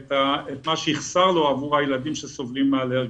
את מה שיחסר לו עבור הילדים שסובלים מאלרגיה.